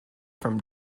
from